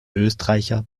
österreicher